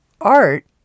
art